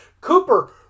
Cooper